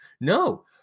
No